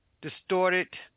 distorted